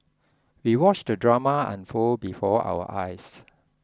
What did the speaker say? we watched the drama unfold before our eyes